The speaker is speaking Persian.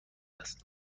است